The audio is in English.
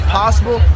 possible